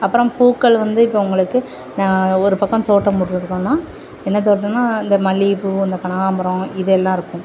அப்புறம் பூக்கள் வந்து இப்போ உங்களுக்கு நான் ஒரு பக்கம் தோட்டம் போட்ருக்கோம்னா என்ன தோட்டம்னா இந்த மல்லிகைப்பூ அந்த கனகாம்பரம் இதெல்லாம் இருக்கும்